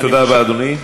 תודה רבה, אדוני.